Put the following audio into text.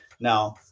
Now